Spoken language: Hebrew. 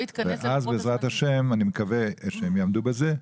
בעזרת השם אני מקווה שהם יעמדו בזה.